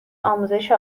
آموزش